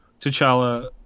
T'Challa